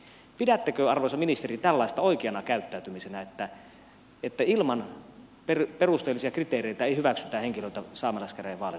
pidättekö arvoisa ministeri tällaista oikeana käyttäytymisenä että ilman perusteellisia kriteereitä ei hyväksytä henkilöitä saamelaiskäräjävaaliluetteloon